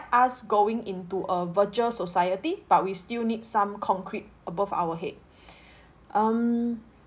us going into a virtual society but we still need some concrete above our head um